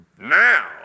now